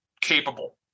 capable